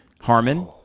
Harmon